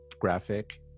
graphic